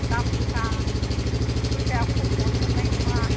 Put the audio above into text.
दाम गोसा फैसाया खम हरनो मोननाय नङा